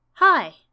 Hi